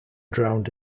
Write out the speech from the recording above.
drowned